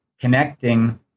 connecting